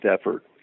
effort